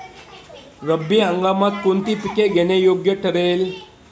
रब्बी हंगामात कोणती पिके घेणे योग्य ठरेल?